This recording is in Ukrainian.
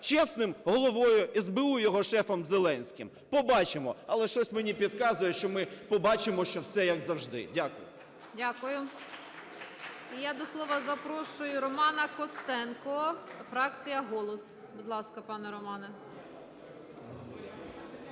чесним Головою СБУ і його шефом Зеленським. Побачимо, але щось мені підказує, що ми побачимо, що все, як завжди. Дякую. ГОЛОВУЮЧИЙ. Дякую. Я до слова запрошую Романа Костенко, фракція "Голос". Будь ласка, пане Роман.